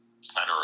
center